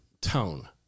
tone